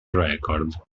record